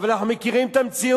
אבל אנחנו מכירים את המציאות,